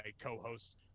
co-hosts